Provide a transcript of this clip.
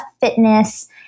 fitness